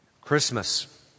Christmas